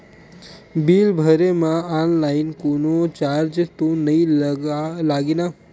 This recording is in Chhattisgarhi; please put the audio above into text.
बिल भरे मा ऑनलाइन कोनो चार्ज तो नई लागे ना?